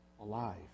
alive